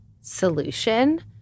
solution